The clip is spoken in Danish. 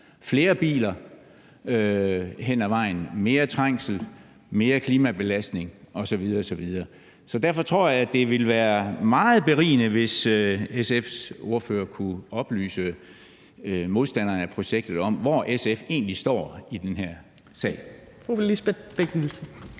flere biler, mere trængsel, mere klimabelastning osv. osv. Så derfor tror jeg, at det ville være meget berigende, hvis SF's ordfører kunne oplyse modstanderne af projektet om, hvor SF egentlig står i den her sag.